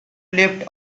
left